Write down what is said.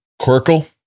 Quirkle